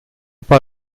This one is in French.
pas